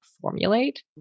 formulate